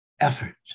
effort